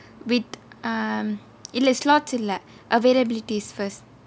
with um இல்லை:illai slots இல்லை:illai availabilities first